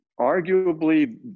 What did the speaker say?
arguably